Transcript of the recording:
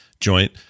joint